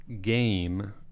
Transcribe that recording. game